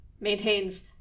maintains